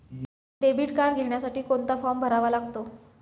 Debit card घेण्यासाठी कोणता form भरावा लागतो?